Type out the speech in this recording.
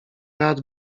rad